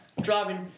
Driving